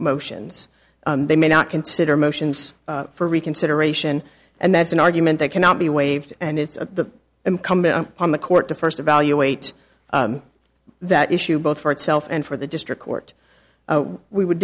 motions they may not consider motions for reconsideration and that's an argument that cannot be waived and it's the incumbent upon the court to first evaluate that issue both for itself and for the district court we would